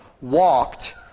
walked